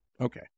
Okay